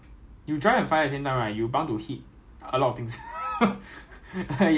you can !wah! very fun [one] you drive very fast it will fire